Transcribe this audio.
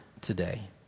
today